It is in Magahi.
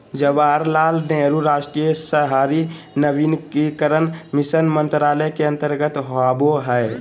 जवाहरलाल नेहरू राष्ट्रीय शहरी नवीनीकरण मिशन मंत्रालय के अंतर्गत आवो हय